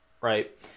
right